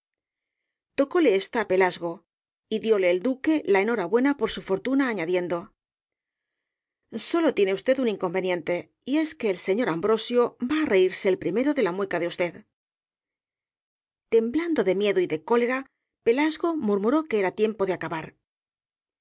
tocóle ésta á pelasgo y dióle el duque la enhorabuena por su fortuna añadiendo sólo tiene usted un inconveniente y es que el señor ambrosio va á reírse el primero de la mueca de usted temblando de miedo y de cólera pelasgo murmuró que era tiempo de acabar